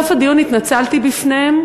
בסוף הדיון התנצלתי בפניהם